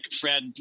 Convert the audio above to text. Fred